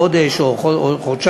חודש או חודשיים,